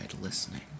listening